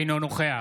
אינו נוכח